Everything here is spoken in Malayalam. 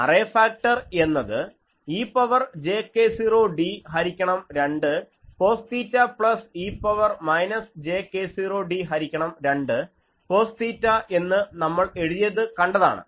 അറേ ഫാക്ടർ എന്നത് e പവർ j k0d ഹരിക്കണം 2 cos theta plus e power minus j k0d ഹരിക്കണം 2 കോസ് തീറ്റ എന്ന് നമ്മൾ എഴുതിയത് കണ്ടതാണ്